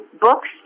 books